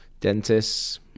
Dentists